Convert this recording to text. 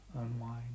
Unwind